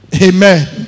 Amen